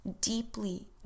deeply